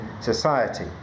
society